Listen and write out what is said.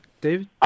David